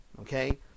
okay